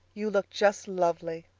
you look just lovely.